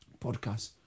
podcast